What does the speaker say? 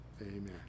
Amen